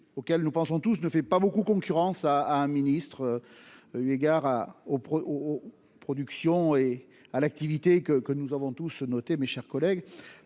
auquel nous pensons tous ne fait pas beaucoup. Concurrence à un ministre. Eu égard à oh oh production et à l'activité que que nous avons tous noté mes chers collègues